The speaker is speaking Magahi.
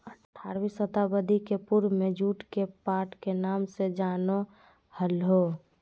आठारहवीं शताब्दी के पूर्व में जुट के पाट के नाम से जानो हल्हो